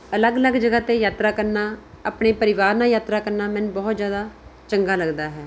ਅਲੱਗ ਅਲੱਗ ਜਗ੍ਹਾ 'ਤੇ ਯਾਤਰਾ ਕਰਨਾ ਆਪਣੇ ਪਰਿਵਾਰ ਨਾਲ ਯਾਤਰਾ ਕਰਨਾ ਮੈਨੂੰ ਬਹੁਤ ਜ਼ਿਆਦਾ ਚੰਗਾ ਲੱਗਦਾ ਹੈ